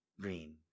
Green